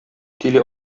тиле